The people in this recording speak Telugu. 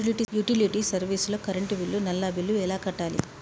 యుటిలిటీ సర్వీస్ లో కరెంట్ బిల్లు, నల్లా బిల్లు ఎలా కట్టాలి?